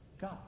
God